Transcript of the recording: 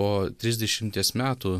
po trisdešimties metų